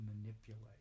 manipulate